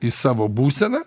į savo būseną